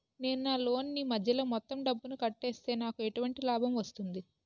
నేను నా లోన్ నీ మధ్యలో మొత్తం డబ్బును కట్టేస్తే నాకు ఎటువంటి లాభం వస్తుంది?